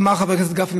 אמר חבר הכנסת גפני,